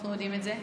אנחנו יודעים את זה,